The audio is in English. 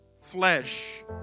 flesh